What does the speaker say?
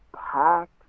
packed